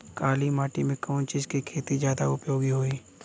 काली माटी में कवन चीज़ के खेती ज्यादा उपयोगी होयी?